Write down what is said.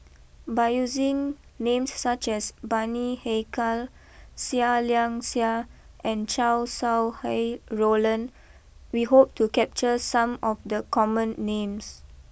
by using names such as Bani Haykal Seah Liang Seah and Chow Sau Hai Roland we hope to capture some of the common names